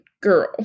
girl